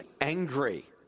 angry